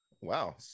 Wow